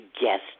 guest